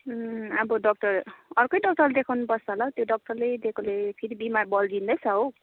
अब डाक्टर अर्कै डाक्टरलाई देखाउनु पर्छ होला हौ त्यो डाक्टरले दिएकोले फेरि बिमार बल्झिँन्दैछ हौ